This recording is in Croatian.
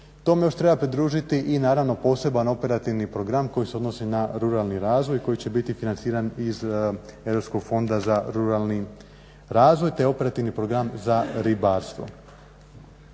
Tome još treba pridružiti i naravno poseban operativni program koji se odnosi na ruralni razvoj koji će biti financiran iz Europskog fonda za ruralni razvoj, te operativni program za ribarstvo.